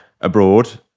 abroad